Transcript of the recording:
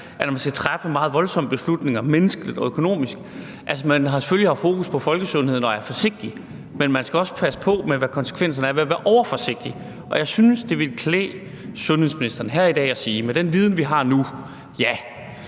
når man skal træffe meget voldsomme beslutninger menneskeligt og økonomisk – man har selvfølgelig haft fokus på folkesundheden og er forsigtig – også skal passe på med, hvad konsekvenserne er ved at være overforsigtig, og jeg synes, det ville klæde sundhedsministeren her i dag at sige: Med den viden, vi har nu, gik